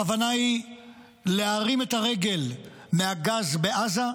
הכוונה היא להרים את הרגל מהגז בעזה,